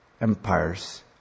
Empires